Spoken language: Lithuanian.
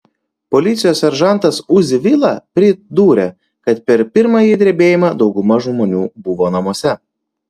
policijos seržantas uzi vila pridūrė kad per pirmąjį drebėjimą dauguma žmonių buvo namuose